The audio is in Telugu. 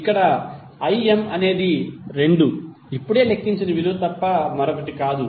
ఇక్కడ Im అనేది 2 ఇప్పుడే లెక్కించిన విలువ తప్ప మరొకటి కాదు